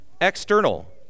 external